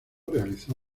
realizó